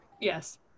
Yes